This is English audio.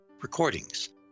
recordings